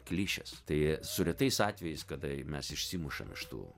klišės tai su retais atvejais kada mes išsimušam iš tų